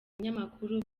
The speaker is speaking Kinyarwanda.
ibinyamakuru